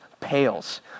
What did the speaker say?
pales